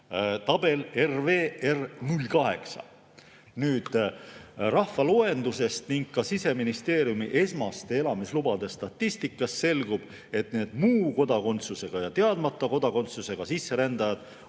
tabel RVR08. Rahvaloendusest ning ka Siseministeeriumi esmaste elamislubade statistikast selgub, et need muu kodakondsusega ja teadmata kodakondsusega sisserändajad